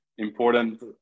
important